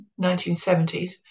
1970s